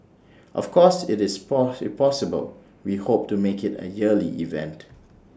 of course IT is if possible we hope to make IT A yearly event